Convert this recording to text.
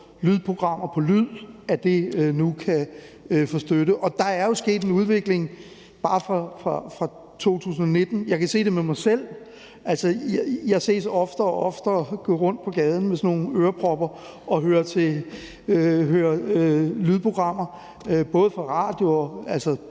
lydprogrammer på lyd, nu kan få støtte. Der er jo sket en udvikling, bare fra 2019. Jeg kan se det med mig selv. Altså, jeg ses oftere og oftere gå rundt på gaden med sådan nogle ørepropper og høre lydprogrammer både på radio,